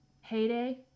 Heyday